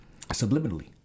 subliminally